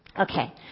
Okay